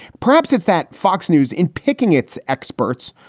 perhaps it's that fox news, in picking its experts,